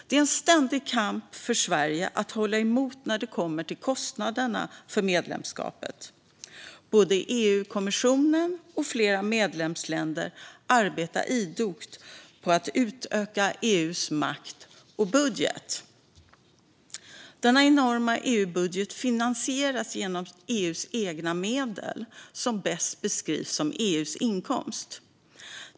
Det är en ständig kamp för Sverige att hålla emot när det gäller kostnaderna för medlemskapet. Både EU-kommissionen och flera medlemsländer arbetar idogt för att utöka EU:s makt och budget. Denna enorma budget finansieras genom EU:s egna medel, som bäst beskrivs som EU:s inkomster.